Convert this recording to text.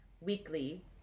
weekly